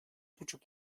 buçuk